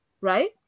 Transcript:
right